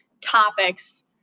topics